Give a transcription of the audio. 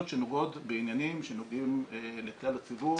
שנוגעות בעניינים שנוגעים לכלל הציבור